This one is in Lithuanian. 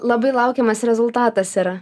labai laukiamas rezultatas yra